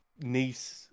niece